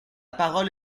parole